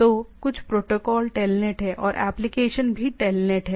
तो कुछ protocol Telnet है और एप्लीकेशन भी टेलनेट है